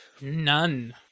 None